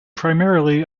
primarily